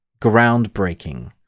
groundbreaking